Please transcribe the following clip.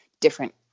different